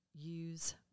Use